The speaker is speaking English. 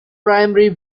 primary